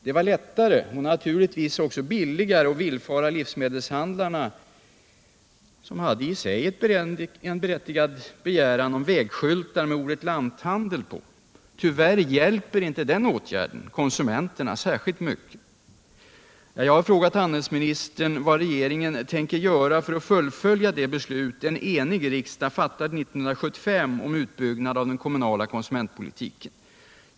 Det var lättare och naturligtvis också billigare att villfara livsmedelshandlarnas i sig berättigade begäran om vägskyltar med ordet Lanthandel på. Tyvärr hjälper inte den åtgärden konsumenterna särskilt mycket. Jag har frågat handelsministern vad regeringen tänker göra för att fullfölja det beslut en enig riksdag fattade 1975 om utbyggnad av den kommunala konsumentpolitiken.